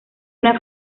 una